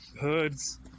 Hoods